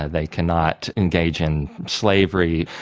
they cannot engage in slavery.